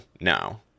now